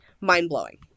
mind-blowing